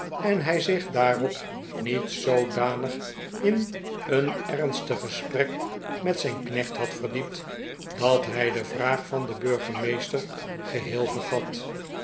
en hij zich daarop niet zoodanig in een ernstig gesprek met zijn knecht had verdiept dat hij de vraag van den burgemeester geheel vergat